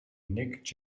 nick